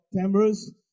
cameras